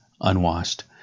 unwashed